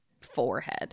forehead